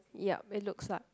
yup it looks like